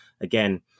again